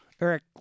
Eric